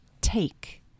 take